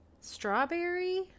Strawberry